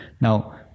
Now